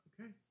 Okay